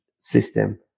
system